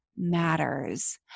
matters